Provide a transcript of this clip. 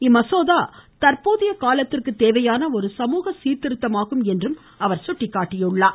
இம்மசோதா தற்போதைய காலத்திற்கு தேவையான சமூக ஒரு சீர்திருத்தமாகும் என்றும் அவர் சுட்டிக்காட்டினார்